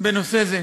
בנושא זה,